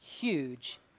huge